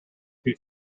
two